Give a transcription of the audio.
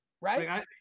right